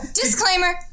disclaimer